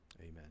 amen